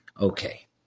Okay